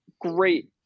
great